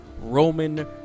Roman